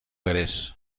gres